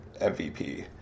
MVP